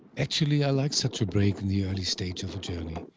actually, i like such a break in the early stage of a journey,